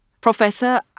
Professor